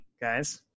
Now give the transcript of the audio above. guys